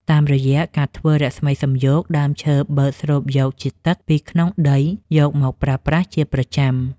តាមរយៈការធ្វើរស្មីសំយោគ ដើមឈើបឺតស្រូបយកជាតិទឹកពីក្នុងដីយកមកប្រើប្រាស់ជាប្រចាំ។